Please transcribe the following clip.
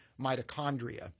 mitochondria